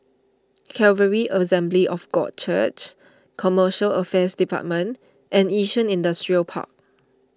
Calvary Assembly of God Church Commercial Affairs Department and Yishun Industrial Park